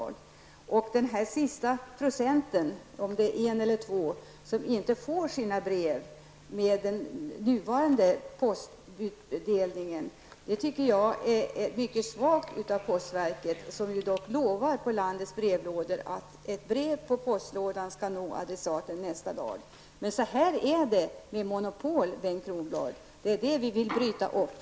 Jag tycker att det är svagt av postverket att inte kunna ge dessa sista 1--2 % av kunderna deras brev med den nuvarande postutdelning. Postverket lovar ju på landets brevlådor att brev skall nå adressaten nästa dag. Så är det med monopol, Bengt Kronblad. Det är det vi vill bryta upp.